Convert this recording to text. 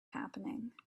happening